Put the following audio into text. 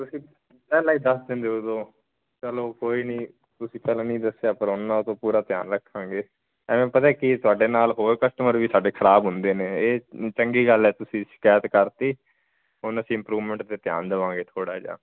ਤੁਸੀਂ ਪਹਿਲਾਂ ਹੀ ਦੱਸ ਦਿੰਦੇ ਉਦੋਂ ਚਲੋ ਕੋਈ ਨਹੀਂ ਤੁਸੀਂ ਪਹਿਲਾਂ ਨਹੀਂ ਦੱਸਿਆ ਕਰੋਨਾ ਤੋਂ ਪੂਰਾ ਧਿਆਨ ਰੱਖਾਂਗੇ ਐਵੇਂ ਪਤਾ ਕੀ ਤੁਹਾਡੇ ਨਾਲ ਹੋਰ ਕਸਟਮਰ ਵੀ ਸਾਡੇ ਖਰਾਬ ਹੁੰਦੇ ਨੇ ਇਹ ਚੰਗੀ ਗੱਲ ਹੈ ਤੁਸੀਂ ਸ਼ਿਕਾਇਤ ਕਰਤੀ ਹੁਣ ਅਸੀਂ ਇੰਪਰੂਵਮੈਂਟ 'ਤੇ ਧਿਆਨ ਦਵਾਂਗੇ ਥੋੜ੍ਹਾ ਜਿਹਾ